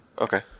Okay